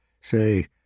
Say